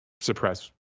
suppress